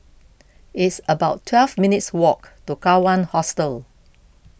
it's about twelve minutes' walk to Kawan Hostel